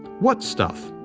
what stuff!